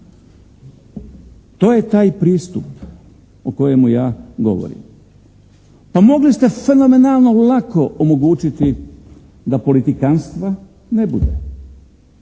To je taj pristup o kojemu ja govorim. Pa mogli ste fenomenalno lako omogućiti da politikanstva ne bude.